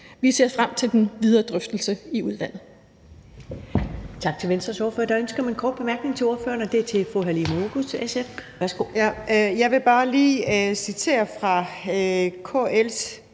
Vi ser frem til den videre drøftelse i udvalget.